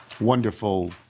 wonderful